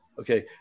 Okay